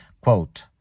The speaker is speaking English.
Quote